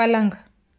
पलंग